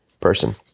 person